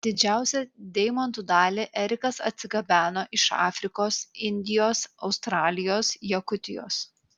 didžiausią deimantų dalį erikas atsigabeno iš afrikos indijos australijos jakutijos